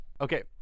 Okay